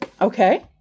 Okay